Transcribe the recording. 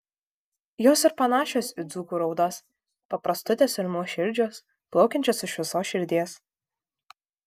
jos ir panašios į dzūkų raudas paprastutės ir nuoširdžios plaukiančios iš visos širdies